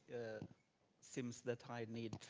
seems that i need